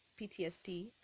PTSD